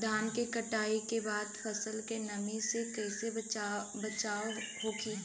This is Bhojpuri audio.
धान के कटाई के बाद फसल के नमी से कइसे बचाव होखि?